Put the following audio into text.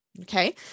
Okay